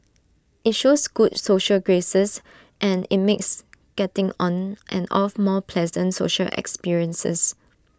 IT shows good social graces and IT makes getting on and off more pleasant social experiences